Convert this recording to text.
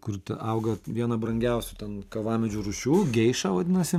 kur auga viena brangiausių ten kavamedžių rūšių geiša vadinasi